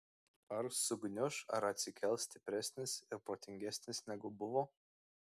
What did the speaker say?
ar sugniuš ar atsikels stipresnis ir protingesnis negu buvo